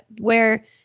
Where-